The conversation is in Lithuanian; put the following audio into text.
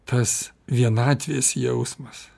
tas vienatvės jausmas